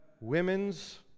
women's